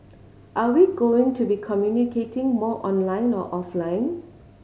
are we going to be communicating more online or offline